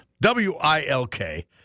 W-I-L-K